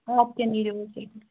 اَدٕ کیٛاہ نیٖرِو حظ ییٚتِنَس